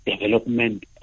development